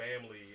family